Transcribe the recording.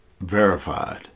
Verified